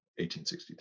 1863